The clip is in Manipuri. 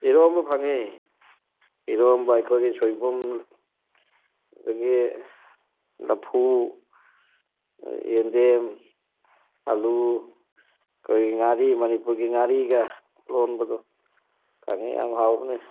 ꯏꯔꯣꯟꯕ ꯐꯪꯏ ꯏꯔꯣꯟꯕ ꯑꯩꯈꯣꯏꯒꯤ ꯁꯣꯏꯕꯨꯝ ꯑꯗꯨꯗꯒꯤ ꯂꯐꯨ ꯌꯦꯟꯗꯦꯝ ꯑꯥꯂꯨ ꯑꯩꯈꯣꯏꯒꯤ ꯉꯥꯔꯤ ꯃꯅꯤꯄꯨꯔꯒꯤ ꯉꯥꯔꯤꯒ ꯂꯣꯟꯕꯗꯣ ꯐꯪꯏ ꯌꯥꯝ ꯍꯥꯎꯕꯅꯤ